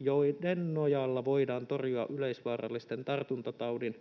joiden nojalla voidaan torjua yleisvaarallisen tartuntataudin